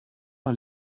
par